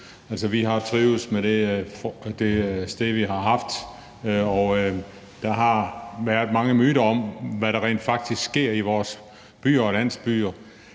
Vi har trivedes med det sted, og der har været mange myter om, hvad der rent faktisk sker i vores byer og landsbyer.